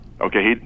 Okay